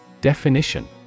Definition